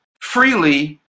freely